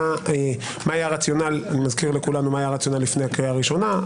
מה היה הרציונל ואני מזכיר לכולנו מה היה הרציונל לפני הקריאה הראשונה.